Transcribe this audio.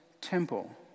temple